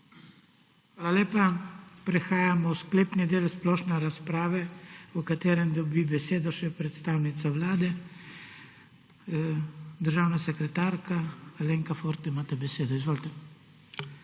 Hvala lepa. Prehajamo v sklepni del splošne razprave, v katerem dobi besedo še predstavnica Vlade. Državna sekretarka Alenka Forte, imate besedo. Izvolite.